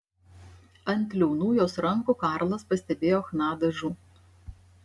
ant liaunų jos rankų karlas pastebėjo chna dažų